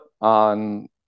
on